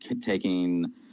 taking